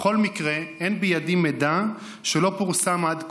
בכל מקרה, אין בידי מידע שלא פורסם עד כה,